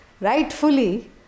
rightfully